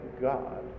God